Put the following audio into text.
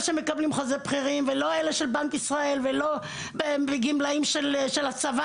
שמקבלים חוזה שכירים ולא אלה של בנק ישראל ולא גמלאים של הצבא,